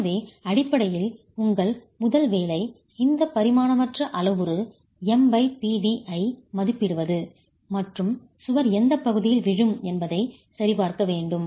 எனவே அடிப்படையில் உங்கள் முதல் வேலை இந்த பரிமாணமற்ற அளவுரு MPd ஐ மதிப்பிடுவது மற்றும் சுவர் எந்தப் பகுதியில் விழும் என்பதைச் சரிபார்க்க வேண்டும்